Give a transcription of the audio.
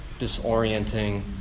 disorienting